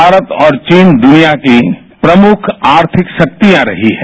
भारत और चीन दुनिया की प्रमुख आर्थिक शक्तियां रही है